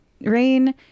Rain